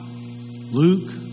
Luke